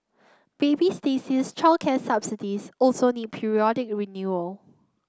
baby Stacey's childcare subsidies also need periodic renewal